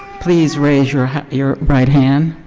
please raise your your right hand.